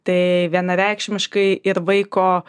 tai vienareikšmiškai ir vaiko